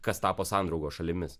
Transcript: kas tapo sandraugos šalimis